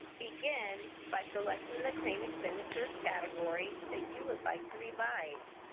begin by selecting the claim expenditures category that you would like to revise.